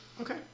Okay